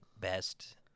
best